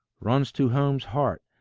runs to home's heart,